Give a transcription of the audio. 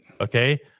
Okay